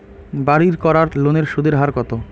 বাড়ির করার লোনের সুদের হার কত?